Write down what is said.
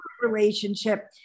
relationship